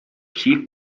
she